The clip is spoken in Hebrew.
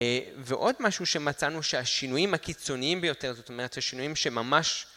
ועוד משהו שמצאנו, שהשינויים הקיצוניים ביותר, זאת אומרת השינויים שממש